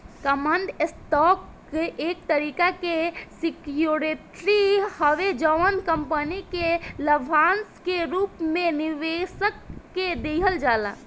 common stock एक तरीका के सिक्योरिटी हवे जवन कंपनी के लाभांश के रूप में निवेशक के दिहल जाला